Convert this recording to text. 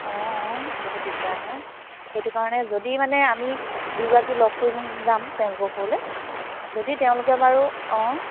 অ বহুত দিগদাৰ হয় এইটো কাৰণে যদি মানে আমি দুয়োগৰাকী লগ কৰি যাম তেওঁলোকৰ ঘৰলৈ যদি তেওঁলোকে বাৰু অ